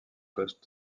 poste